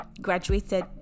graduated